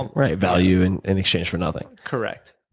and right. value in in exchange for nothing. correct.